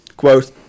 Quote